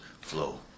flow